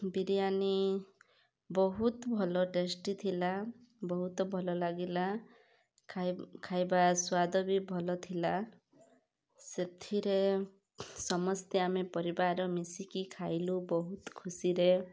ବିରିୟାନୀ ବହୁତ ଭଲ ଟେଷ୍ଟି ଥିଲା ବହୁତ ଭଲ ଲାଗିଲା ଖାଇବା ଖାଇବା ସ୍ୱାଦ ବି ଭଲ ଥିଲା ସେଥିରେ ସମସ୍ତେ ଆମେ ପରିବାର ମିଶିକି ଖାଇଲୁ ବହୁତ ଖୁସିରେ